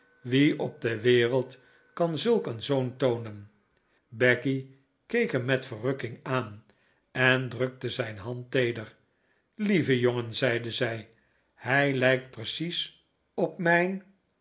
wie op de wereld kan zulk een zoon toonen becky keek hem met verrukking aan en drukte zijn hand teeder lieve jongen zeide zij hij lijkt precies op mijn